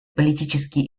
политический